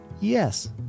Yes